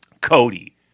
Cody